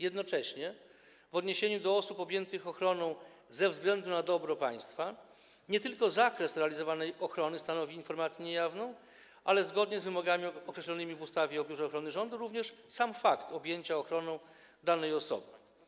Jednocześnie w odniesieniu do osób objętych ochroną ze względu na dobro państwa nie tylko zakres realizowanej ochrony stanowi informację niejawną, ale również, zgodnie z wymogami określonymi w ustawie o Biurze Ochrony Rządu, sam fakt objęcia ochroną danej osoby.